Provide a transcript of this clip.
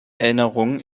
erinnerung